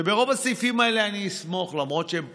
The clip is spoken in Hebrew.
וברוב הסעיפים האלה אני אתמוך, למרות שהם פוגעים,